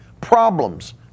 problems